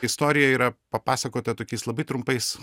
istorija yra papasakota tokiais labai trumpais